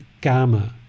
gamma